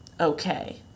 okay